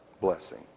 blessing